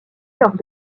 lors